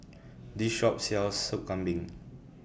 This Shop sells Sup Kambing